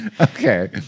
Okay